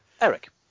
Eric